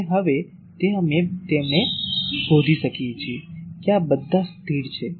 અને હવે તે અમે તમને શોધી શકીએ છીએ કે આ બધા સ્થિર છે